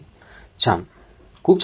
छान खूप छान